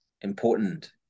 important